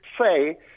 say